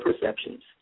perceptions